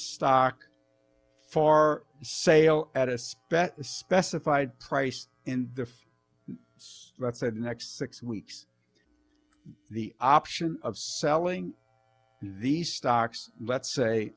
stock far sale at a spec specified price in the next six weeks the option of selling these stocks let's say